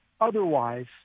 otherwise